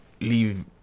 leave